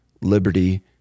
liberty